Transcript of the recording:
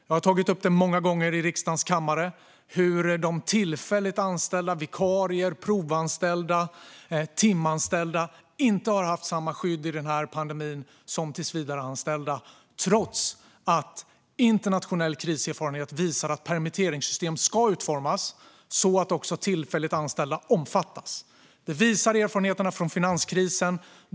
Jag har tagit upp många gånger här i riksdagens kammare att de tillfälligt anställda - vikarier, provanställda, timanställda - inte har haft samma skydd i pandemin som tillsvidareanställda. Detta trots att internationell kriserfarenhet visar att permitteringssystem ska utformas så att också tillfälligt anställda omfattas. Det visar erfarenheterna från finanskrisen.